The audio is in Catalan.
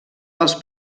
els